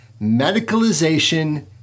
medicalization